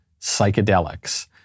psychedelics